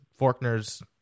Forkner's